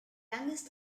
youngest